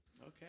okay